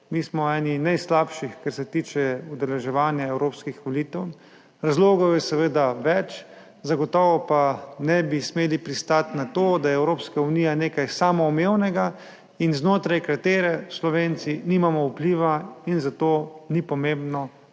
Mi smo eni najslabših, kar se tiče udeleževanja evropskih volitev. Razlogov je seveda več, zagotovo pa ne bi smeli pristati na to, da je Evropska unija nekaj samoumevnega in znotraj katere Slovenci nimamo vpliva in zato ni pomembno, kakšni